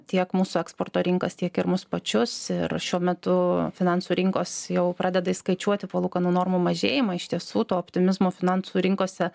tiek mūsų eksporto rinkas tiek ir mus pačius ir šiuo metu finansų rinkos jau pradeda įskaičiuoti palūkanų normų mažėjimą iš tiesų to optimizmo finansų rinkose